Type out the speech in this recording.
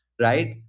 right